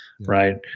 right